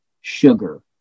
sugar